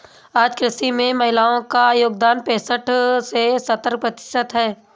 आज कृषि में महिलाओ का योगदान पैसठ से सत्तर प्रतिशत है